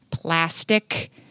Plastic